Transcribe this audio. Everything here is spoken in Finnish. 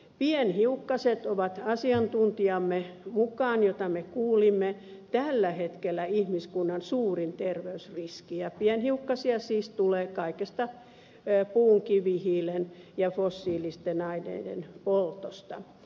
pienhiukkaset ovat asiantuntijamme mukaan jota me kuulimme tällä hetkellä ihmiskunnan suurin terveysriski ja pienhiukkasia siis tulee kaikesta puun kivihiilen ja fossiilisten aineiden poltosta